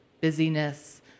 busyness